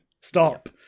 stop